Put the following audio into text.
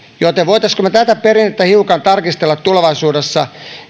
voisimmeko tätä perinnettä hiukan tarkistella tulevaisuudessa